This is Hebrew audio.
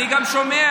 אני גם שומע,